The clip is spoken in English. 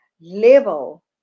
level